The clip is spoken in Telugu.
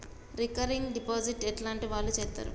రికరింగ్ డిపాజిట్ ఎట్లాంటి వాళ్లు చేత్తరు?